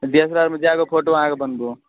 डि S L R मे जएगो photo अहाँके बनबू